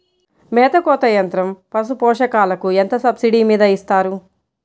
మేత కోత యంత్రం పశుపోషకాలకు ఎంత సబ్సిడీ మీద ఇస్తారు?